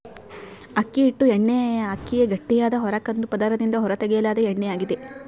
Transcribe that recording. ಅಕ್ಕಿ ಹೊಟ್ಟು ಎಣ್ಣೆಅಕ್ಕಿಯ ಗಟ್ಟಿಯಾದ ಹೊರ ಕಂದು ಪದರದಿಂದ ಹೊರತೆಗೆಯಲಾದ ಎಣ್ಣೆಯಾಗಿದೆ